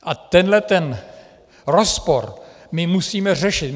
A tenhle rozpor my musíme řešit.